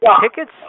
Tickets